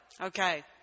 Okay